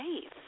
safe